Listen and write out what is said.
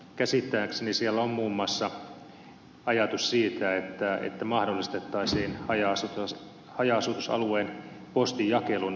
käsittääkseni uudistuksessa on muun muassa ajatus siitä että mahdollistettaisiin haja asutusalueen postinjakelun tukeminen